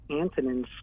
Antonin